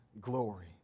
glory